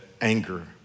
anger